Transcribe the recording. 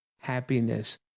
happiness